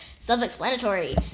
Self-explanatory